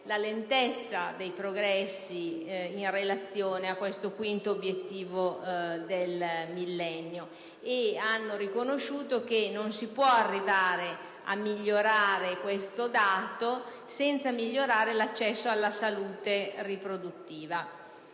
la lentezza dei progressi in relazione a questo quinto obiettivo del Millennio ed hanno riconosciuto che non si può arrivare a migliorare questo dato senza migliorare l'accesso alla salute riproduttiva.